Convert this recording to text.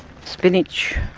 spinach.